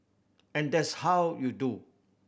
and that's how you do